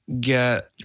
get